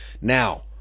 Now